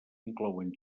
inclouen